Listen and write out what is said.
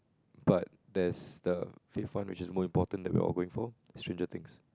but there's the fifth one which is more important that we're all going for the stranger things